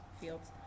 fields